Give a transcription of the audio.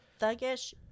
thuggish